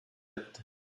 etti